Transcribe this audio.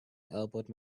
elbowed